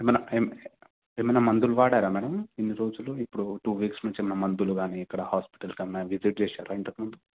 ఏమన్నా ఏం ఏమన్నా మందులు వాడారా మ్యాడమ్ ఇన్ని రోజులు ఇప్పుడు ఓ టూ వీక్స్ నుంచి ఏమన్నా మందులు గానీ ఇక్కడ హాస్పిటల్ కన్నా విజిట్ చేసారా ఇంతకు ముందు